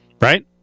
Right